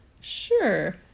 Sure